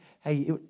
Hey